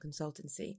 consultancy